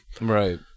Right